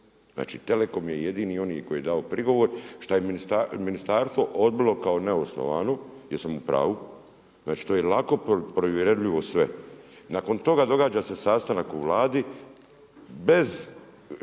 telekom je jedini onaj koji je dao prigovor šta je ministarstvo odbilo kao neosnovano, jesam u pravu? Znači to je lako provljerljivo sve. Nakon toga događa se sastanak u Vladi, briše